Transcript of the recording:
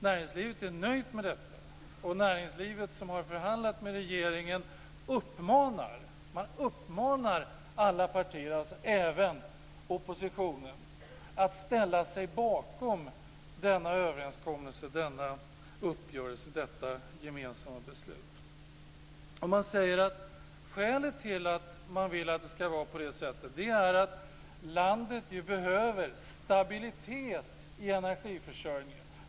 Näringslivet som har förhandlat med regeringen uppmanar alla partier, även oppositionen, att ställa sig bakom denna uppgörelse, detta gemensamma beslut. Man säger att skälet till beslutet är att landet behöver stabilitet i energiförsörjningen.